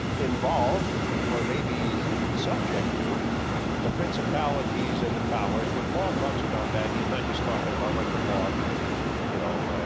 involved or may be subject to the principalities and the powers. when paul talks about that he's not just talking about like the law of you know